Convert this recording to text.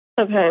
Okay